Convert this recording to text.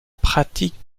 pratique